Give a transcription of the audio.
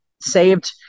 saved